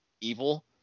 evil